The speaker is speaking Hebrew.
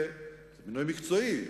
הוא מינוי מקצועי,